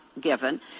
given